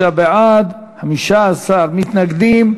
35 בעד, 15 מתנגדים.